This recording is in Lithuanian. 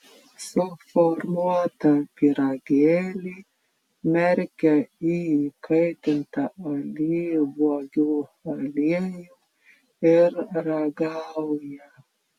suformuotą pyragėlį merkia į įkaitintą alyvuogių aliejų ir ragauja